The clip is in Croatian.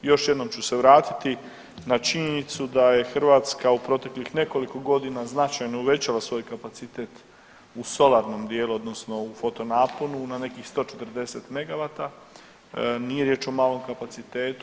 Još jednom ću se vratiti na činjenicu da je Hrvatska u proteklih nekoliko godina značajno uvećala svoj kapacitet u solarnom dijelu odnosno u foto naponu na nekih 140 megawata, nije riječ o malom kapacitetu.